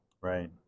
Right